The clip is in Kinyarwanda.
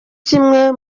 kimwe